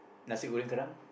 nasi-goreng Garang